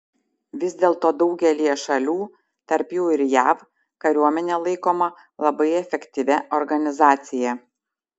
vis dėlto daugelyje šalių tarp jų ir jav kariuomenė laikoma labai efektyvia organizacija